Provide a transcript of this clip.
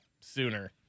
sooner